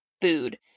food